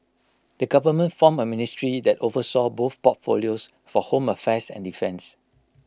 the government formed A ministry that oversaw both portfolios for home affairs and defence